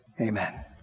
Amen